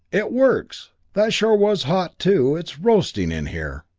it works! that sure was hot, too it's roasting in here.